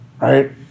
right